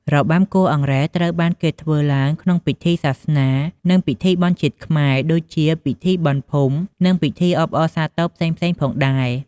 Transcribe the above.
របាំគោះអង្រែ ត្រូវបានគេធ្វើឡើងក្នុងពិធីសាសនានា និង ពិធីបុណ្យជាតិខ្មែរ ដូចជា ពិធីបុណ្យភូមិ និងពិធីអបអរសាទរផ្សេងៗផងដែរ។